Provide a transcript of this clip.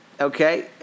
okay